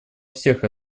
всех